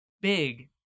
big